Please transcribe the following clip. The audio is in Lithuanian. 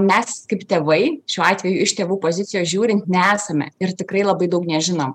mes kaip tėvai šiuo atveju iš tėvų pozicijos žiūrint nesame ir tikrai labai daug nežinom